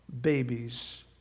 babies